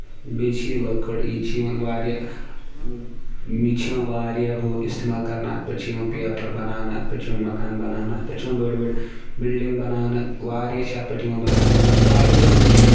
بیٚیہِ چھِ یہِ لٔکٕر یہِ تہِ چھِ یِوان واریاہ یہِ تہِ چھِ یِوان واریاہ ہُہ اِستعمال کرنہٕ اَتھ پٮ۪ٹھ چھُ یِوان پیپر بَناونہٕ اَتھ پٮ۪ٹھ چھُ یِوان مکان بَناونہٕ اَتھ پٮ۪ٹھ چھِ یِوان بٔڑۍ بٔڑۍ بِلڈنٛگ بَناونہٕ واریاہ چھِ اَتھ پٮ۪ٹھ یِوان بَناونہٕ واریاہ ہُم چھِ